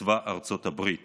בצבא ארצות הברית